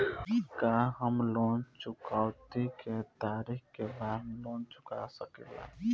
का हम लोन चुकौती के तारीख के बाद लोन चूका सकेला?